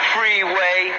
Freeway